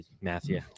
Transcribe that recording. Matthew